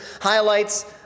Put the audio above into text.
highlights